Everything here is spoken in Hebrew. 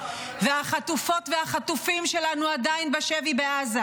והחטופות והחטופים שלנו עדיין בשבי בעזה.